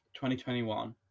2021